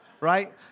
right